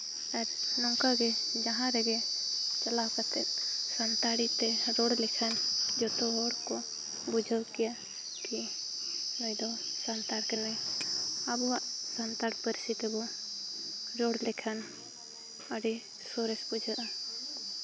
ᱟᱨ ᱱᱚᱝᱠᱟ ᱜᱮ ᱡᱟᱦᱟᱸ ᱨᱮᱜᱮ ᱪᱟᱞᱟᱣ ᱠᱟᱛᱮ ᱥᱟᱱᱛᱟᱲᱤ ᱛᱮ ᱨᱚᱲ ᱞᱮᱠᱷᱟᱱ ᱡᱚᱛᱚ ᱦᱚᱲ ᱠᱚ ᱵᱩᱡᱷᱟᱹᱣ ᱠᱮᱭᱟ ᱠᱤ ᱱᱩᱭ ᱫᱚ ᱥᱟᱱᱛᱟᱲ ᱠᱟᱱᱟᱭ ᱟᱵᱚᱣᱟᱜ ᱥᱟᱱᱛᱟᱲ ᱯᱟᱹᱨᱥᱤ ᱛᱮᱵᱚᱱ ᱨᱚᱲ ᱞᱮᱠᱷᱟᱱ ᱟᱹᱰᱤ ᱥᱚᱨᱮᱥ ᱵᱩᱡᱷᱟᱹᱜᱼᱟ